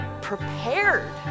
prepared